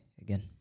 again